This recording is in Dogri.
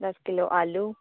दस किल्लो आलू